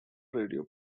radio